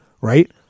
Right